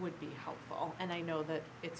would be helpful and i know that it's